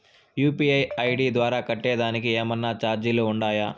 UPI ID ద్వారా కట్టేదానికి ఏమన్నా చార్జీలు ఉండాయా?